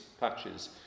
patches